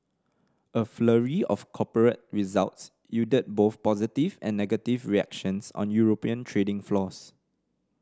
a flurry of corporate results yielded both positive and negative reactions on European trading floors